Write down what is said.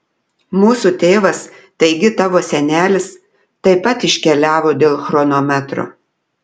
mūsų tėvas taigi tavo senelis taip pat iškeliavo dėl chronometro